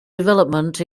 development